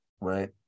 Right